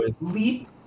leap